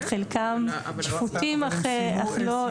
חלקם שפוטים אך לא ---.